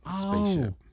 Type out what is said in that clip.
spaceship